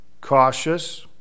cautious